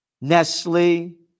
Nestle